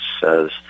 says